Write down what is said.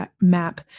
map